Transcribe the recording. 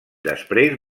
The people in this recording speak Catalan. després